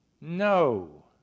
No